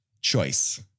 Choice